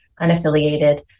unaffiliated